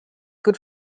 good